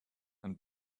and